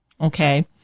Okay